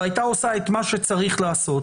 והייתה עושה את מה שצריך לעשות,